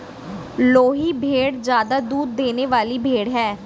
लोही भेड़ ज्यादा दूध देने वाली भेड़ है